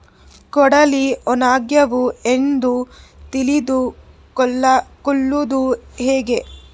ಕಡಲಿ ಒಣಗ್ಯಾವು ಎಂದು ತಿಳಿದು ಕೊಳ್ಳೋದು ಹೇಗೆ?